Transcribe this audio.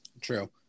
True